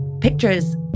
pictures